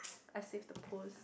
I saved the posts